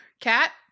Cat